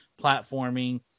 platforming